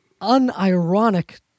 unironic